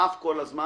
שדחף כל הזמן